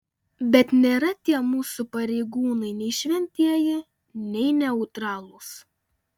bet nėra tie mūsų pareigūnai nei šventieji nei neutralūs